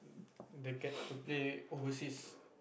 that gets to play overseas